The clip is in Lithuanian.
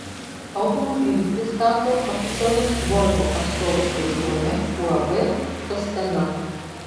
automobilį pristato oficialus volvo atstovas lietuvoje uab sostena